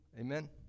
Amen